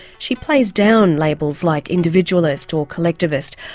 she plays down labels like individualist or collectivist,